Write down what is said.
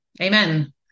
Amen